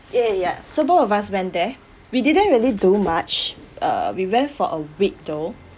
ya ya so both of us went there we didn't really do much uh we went for a week though